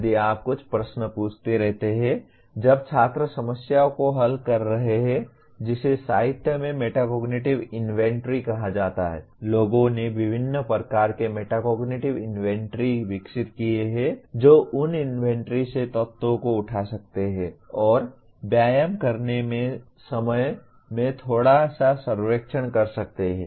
यदि आप कुछ प्रश्न पूछते रहते हैं जब छात्र समस्याओं को हल कर रहे हैं जिसे साहित्य में मेटाकॉग्निटिव इन्वेंट्री कहा जाता है लोगों ने विभिन्न प्रकार के मेटाकॉग्निटिव इन्वेंट्री विकसित किए हैं जो उन इन्वेंट्री से तत्वों को उठा सकते हैं और व्यायाम करने के समय में थोड़ा सा सर्वेक्षण कर सकते हैं